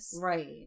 right